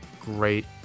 Great